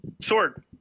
Sword